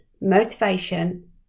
motivation